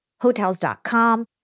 Hotels.com